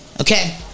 Okay